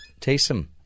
Taysom